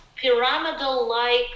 pyramidal-like